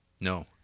No